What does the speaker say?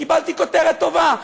קיבלתי כותרת טובה,